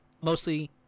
mostly